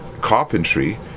carpentry